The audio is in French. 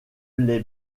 l’ai